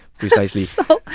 Precisely